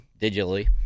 digitally